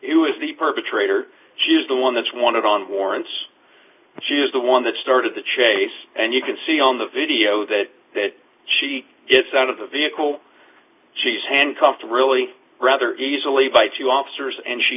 was the perpetrator she is the one that's one of on warrants and she is the one that started the chase and you can see on the video that that she gets out of the vehicle she's handcuffed really rather easily by two officers and she